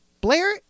Blair